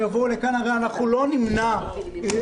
אם יבואו לכאן אנחנו הרי לא נמנע כסף